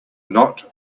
not